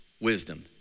wisdom